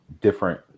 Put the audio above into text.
different